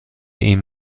این